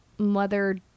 mother